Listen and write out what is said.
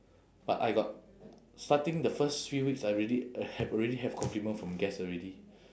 but I got starting the first few weeks I already have already have compliment from guest already